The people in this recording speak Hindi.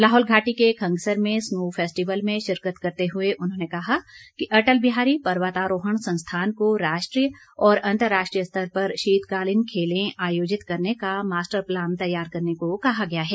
लाहौल घाटी के खंगसर में स्नो फैस्टिवल में शिरकत करते हुए उन्होंने कहा कि अटल बिहारी पर्वतारोहण संस्थान को राष्ट्रीय और अंतर्राष्ट्रीय स्तर पर शीतकालीन खेलें आयोजित करने का मास्टर प्लान तैयार करने को कहा गया है